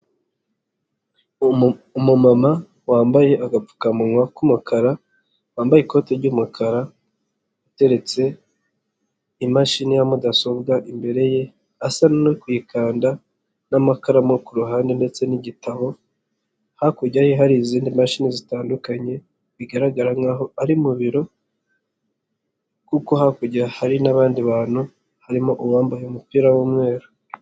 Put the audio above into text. Umu mama wambaye agapfukamunwa k'umukara, wambaye ikoti ry'umukara, ateretse imashini ya mudasobwa imbere ye asa nuri kuyikanda n'amakaramu kuruhande ndetse n'igitabo. Hakurya ye hari izindi mashini zitandukanye bigaragara nkaho ari mu biro kuko hakurya hari n'abandi bantu harimo uwambaye umupira w'umweru.